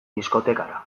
diskotekara